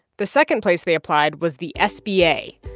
the second place they applied was the sba,